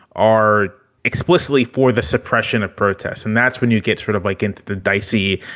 are explicitly for the suppression of protests. and that's when you get sort of like into the dicy.